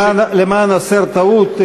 למען הסר טעות,